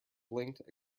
blinked